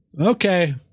Okay